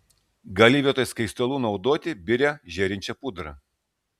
gali vietoj skaistalų naudoti birią žėrinčią pudrą